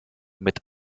mit